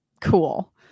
cool